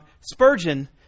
Spurgeon